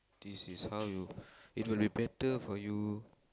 this is how you it'll be better for you